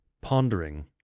pondering